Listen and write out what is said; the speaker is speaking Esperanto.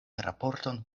raporton